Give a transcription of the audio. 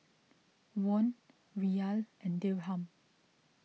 Won Riyal and Dirham